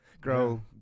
grow